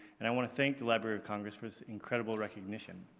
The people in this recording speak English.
and i want to thank the library of congress for this incredible recognition.